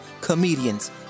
comedians